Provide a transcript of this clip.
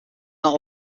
not